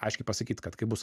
aiškiai pasakyt kad kai bus